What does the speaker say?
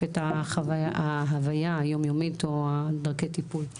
את ההוויה היום-יומית או דרכי הטיפול.